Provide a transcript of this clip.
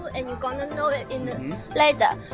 and you gonna know it later.